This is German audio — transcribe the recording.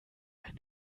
ein